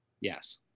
Yes